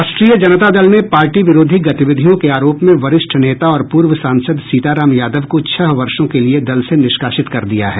राष्ट्रीय जनता दल ने पार्टी विरोधी गतिविधियों के आरोप में वरिष्ठ नेता और पूर्व सांसद सीताराम यादव को छह वर्षों के लिये दल से निष्कासित कर दिया है